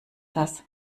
das